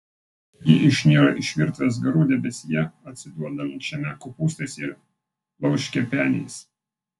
ji išniro iš virtuvės garų debesyje atsiduodančiame kopūstais ir plaučkepeniais